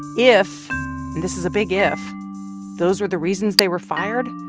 if this is a big if those are the reasons they were fired,